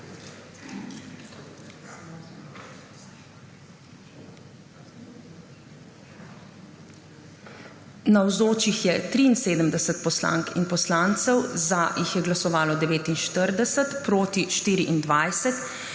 Navzočih je 73 poslank in poslancev, za je glasovalo 49, proti 24.